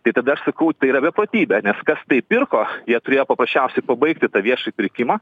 tai tada aš sakau tai yra beprotybė nes kas tai pirko jie turėjo paprasčiausiai pabaigti tą viešąjį pirkimą